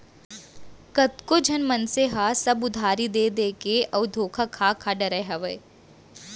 कतको झन मनसे मन ह सब उधारी देय देय के अउ धोखा खा खा डेराय हावय